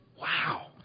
wow